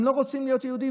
הם לא רוצים להיות יהודים.